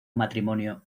matrimonio